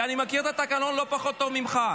אני מכיר את התקנון לא פחות טוב ממך.